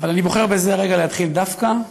אבל אני בוחר בזה הרגע להתחיל דווקא מהצביעות,